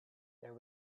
there